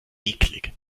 eklig